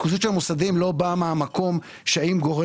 הריכוזיות של המוסדיים לא בא מהמקום של אם גורם